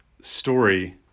story